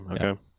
Okay